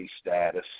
status